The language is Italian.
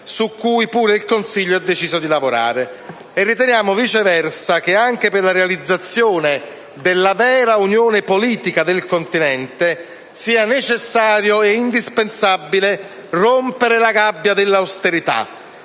su cui pure il Consiglio ha deciso di lavorare. Riteniamo viceversa che anche per la realizzazione della vera unione politica del continente sia necessario e indispensabile rompere la gabbia dell'austerità,